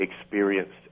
experienced